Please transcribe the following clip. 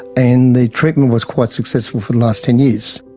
and the treatment was quite successful for the last ten years.